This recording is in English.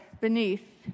beneath